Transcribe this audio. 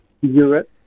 Europe